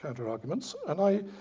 ah counter-arguments. and i